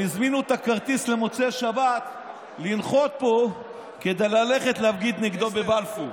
והם הזמינו את הכרטיס למוצאי שבת לנחות פה כדי ללכת להפגין נגדו בבלפור.